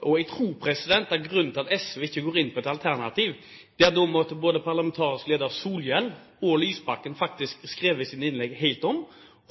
Grunnen til at SV ikke går inn på et alternativ, er at da måtte parlamentarisk leder Solhjell og statsråd Lysbakken faktisk ha skrevet sine innlegg helt om,